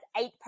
eight